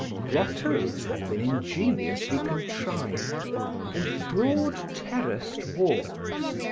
grottos had been ingeniously contrived and broad terraced walks,